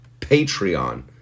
Patreon